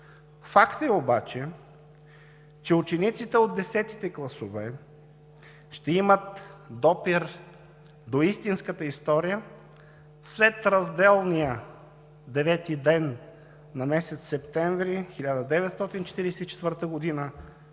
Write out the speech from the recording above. Факт е обаче, че учениците от десетите класове ще имат допир до истинската история след разделния девети ден на месец септември 1944 г.